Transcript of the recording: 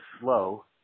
slow